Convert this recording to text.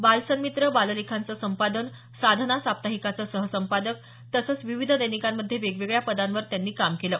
बालसन्मित्र बाललेखांचं संपादन साधना साप्ताहिकाचे सहसंपादक तसंच विविध दैनिकांमध्ये वगेगवेळ्या पदांवर त्यांनी काम केलं